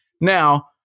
Now –